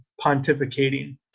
pontificating